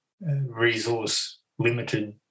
resource-limited